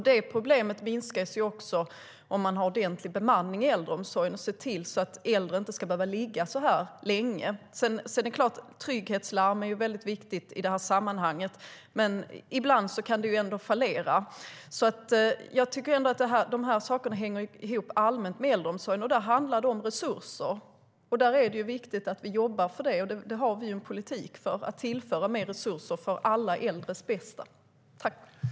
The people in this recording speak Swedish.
Detta problem minskas om man har ordentlig bemanning i äldreomsorgen och ser till att äldre inte ska behöva ligga så här länge.